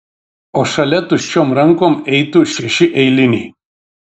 o šalia tuščiom rankom eitų šeši eiliniai